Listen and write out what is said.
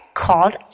called